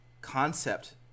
concept